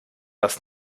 das